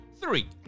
three